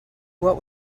what